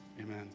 amen